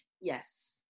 Yes